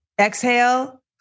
Exhale